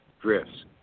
drifts